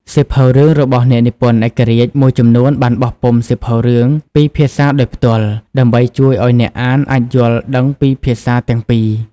សៀវភៅរឿងរបស់ អ្នកនិពន្ធឯករាជ្យ មួយចំនួនបានបោះពុម្ពសៀវភៅរឿងពីរភាសាដោយផ្ទាល់ ដើម្បីជួយឲ្យអ្នកអានអាចយល់ដឹងពីភាសាទាំងពីរ។